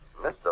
Mr